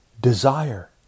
desire